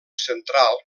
central